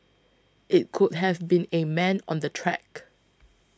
it could have been a man on the track